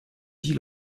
dix